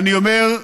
אני אומר,